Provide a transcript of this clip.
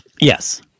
Yes